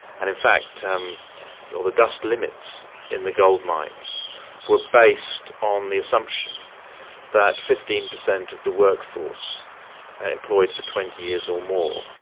and in fact um the dust limits in the gold mines were based on the assumption that fifteen percent of the workforce employed for twenty years or more,